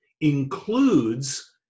includes